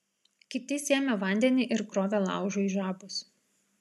kiti sėmė vandenį ir krovė laužui žabus